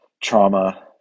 trauma